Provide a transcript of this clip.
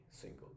single